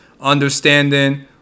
understanding